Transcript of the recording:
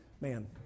Man